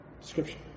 description